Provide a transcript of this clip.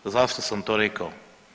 Zašto sam to rekao?